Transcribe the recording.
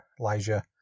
Elijah